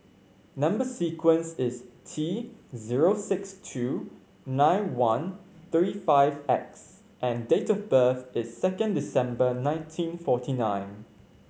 number sequence is T zero six two nine one three five X and date of birth is second December nineteen forty nine